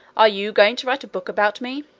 are you going to write a book about me?